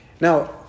Now